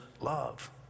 love